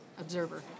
observer